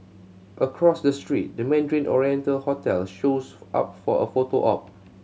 across the street the Mandarin Oriental hotel shows up for a photo op